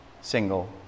single